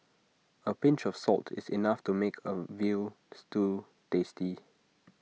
A pinch of salt is enough to make A Veal Stew tasty